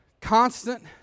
constant